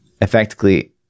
effectively